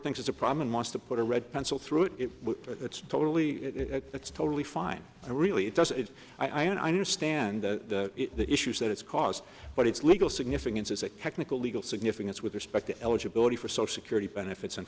thinks it's a problem and wants to put a red pencil through it it's totally it's totally fine and really it does it i understand the issues that it's caused but it's legal significance as a chemical legal significance with respect to eligibility for so security benefits and